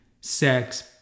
sex